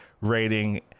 rating